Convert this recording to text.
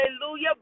hallelujah